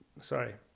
Sorry